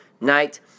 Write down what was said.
night